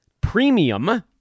premium